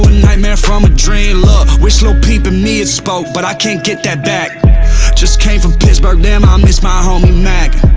nightmare from a dream, look wish lil peep and me had spoke but i can't get that back just came from pittsburgh damn, i'll um miss my homie mac